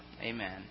Amen